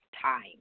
time